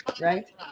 right